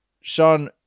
Sean